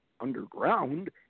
underground